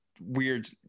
Weird